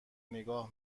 نگاه